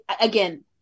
again